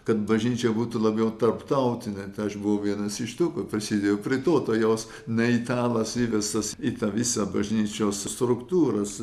kad bažnyčia būtų labiau tarptautinė aš buvau vienas iš tų kur prasidėjau prie to tai jos ne italas įvestas į tą visą bažnyčios struktūros